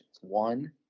one